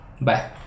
Bye